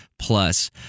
Plus